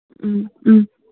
ꯎꯝ ꯎꯝ